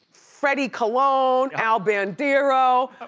freddie colon, al bandiero,